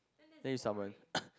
then you summon